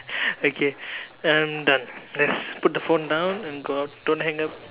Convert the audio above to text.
okay I'm done let's put the phone down and don't hang up